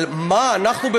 על מה אנחנו,